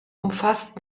umfasst